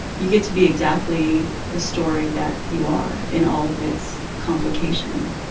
you get to be exactly the story that you are in all of its complication